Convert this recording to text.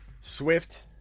Swift